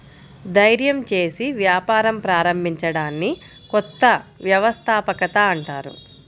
ధైర్యం చేసి వ్యాపారం ప్రారంభించడాన్ని కొత్త వ్యవస్థాపకత అంటారు